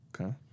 okay